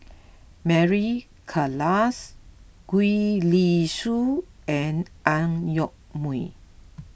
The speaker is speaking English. Mary Klass Gwee Li Sui and Ang Yoke Mooi